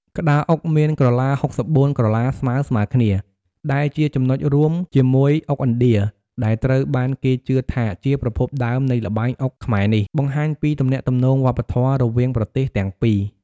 ក្តារអុកមានក្រឡា ៦៤ ក្រឡាស្មើៗគ្នា ដែលជាចំណុចរួមជាមួយអុកឥណ្ឌា ដែលត្រូវបានគេជឿថាជាប្រភពដើមនៃល្បែងអុកខ្មែរនេះ បង្ហាញពីទំនាក់ទំនងវប្បធម៌រវាងប្រទេសទាំងពីរ។